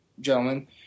gentlemen